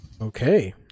Okay